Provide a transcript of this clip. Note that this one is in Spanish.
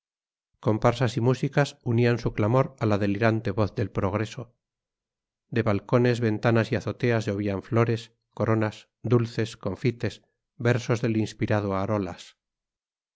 comparsas y músicas unían su clamor a la delirante voz del progreso de balcones ventanas y azoteas llovían flores coronas dulces confites versos del inspirado arolas